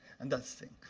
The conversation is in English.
and this thing.